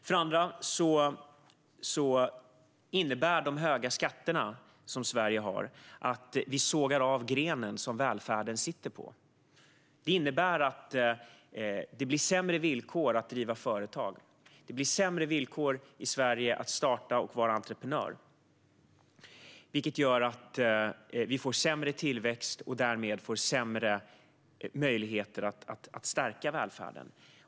För det andra innebär de höga skatter som Sverige har att vi sågar av grenen som välfärden sitter på. Det innebär att det blir sämre villkor i Sverige för att starta och driva företag och vara entreprenör, vilket gör att vi får sämre tillväxt och därmed får sämre möjligheter att stärka välfärden.